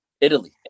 Italy